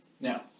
Now